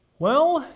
well,